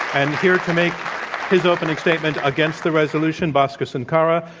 and here to make his opening statement against the resolution, bhaskar sunkara,